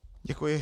Děkuji.